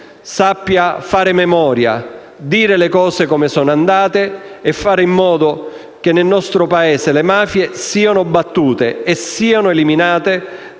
sappia fare memoria, raccontare i fatti come sono andati e fare in modo che nel nostro Paese le mafie siano battute e eliminate dal